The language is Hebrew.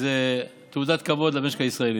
זו תעודת כבוד למשק הישראלי.